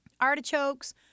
artichokes